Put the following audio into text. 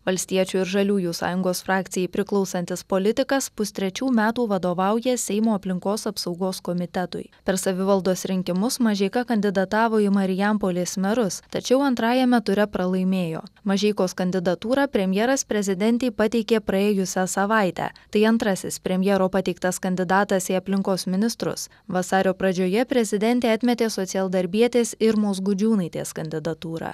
valstiečių ir žaliųjų sąjungos frakcijai priklausantis politikas pustrečių metų vadovauja seimo aplinkos apsaugos komitetui per savivaldos rinkimus mažeika kandidatavo į marijampolės merus tačiau antrajame ture pralaimėjo mažeikos kandidatūrą premjeras prezidentei pateikė praėjusią savaitę tai antrasis premjero pateiktas kandidatas į aplinkos ministrus vasario pradžioje prezidentė atmetė socialdarbietės irmos gudžiūnaitės kandidatūrą